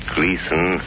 Gleason